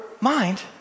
mind